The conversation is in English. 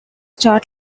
chart